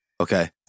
Okay